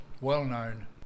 well-known